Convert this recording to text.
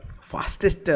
fastest